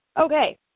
Okay